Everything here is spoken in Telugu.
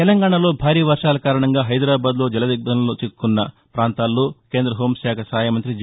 తెలంగాణలో భారీ వర్వాల కారణంగా హైదరాబాద్లో జలదిగ్బంధంలో చిక్కుకున్న ప్రాంతాల్లో కేంద్ర హోంశాఖ సహాయ మంత్రి జి